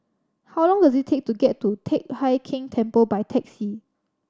how long does it take to get to Teck Hai Keng Temple by taxi